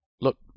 look